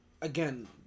Again